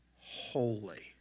holy